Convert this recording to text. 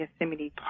Yosemite